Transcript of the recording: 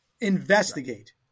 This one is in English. investigate